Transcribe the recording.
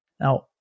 Now